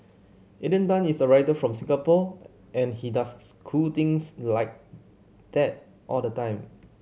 Alden Tan is a writer from Singapore and he does cool things like that all the time